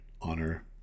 honor